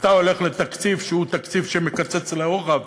שאתה הולך לתקציב שמקצץ לרוחב